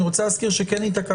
אני רוצה להזכיר שהתעקשנו,